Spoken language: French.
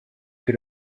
que